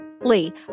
Lee